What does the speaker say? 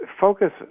focus